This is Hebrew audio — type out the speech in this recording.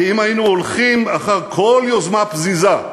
כי אם היינו הולכים אחר כל יוזמה פזיזה,